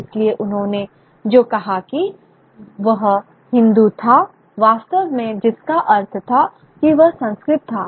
इसलिए उन्होंने जो कहा कि वह हिंदू था वास्तव में जिसका अर्थ था कि वह संस्कृत था